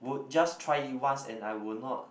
would just try it once and I will not